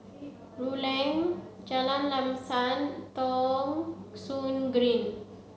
Rulang Jalan Lam Sam Thong Soon Green